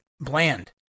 bland